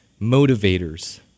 motivators